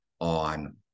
on